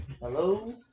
Hello